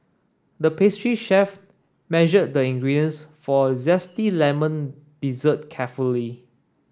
the pastry chef measured the ingredients for a zesty lemon dessert carefully